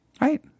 right